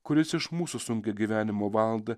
kuris iš mūsų sunkią gyvenimo valandą